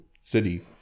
city